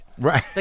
Right